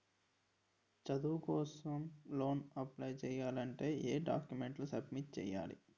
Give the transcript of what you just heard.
చదువు కోసం loan apply చేయాలి అంటే ఎం డాక్యుమెంట్స్ సబ్మిట్ చేయాలి?